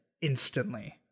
instantly